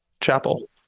chapel